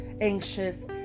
anxious